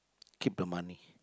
keep the money